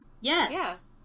Yes